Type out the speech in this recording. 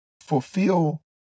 fulfill